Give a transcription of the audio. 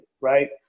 right